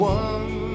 one